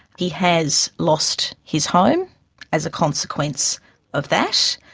he has lost his home as a consequence of that.